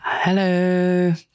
Hello